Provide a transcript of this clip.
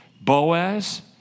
Boaz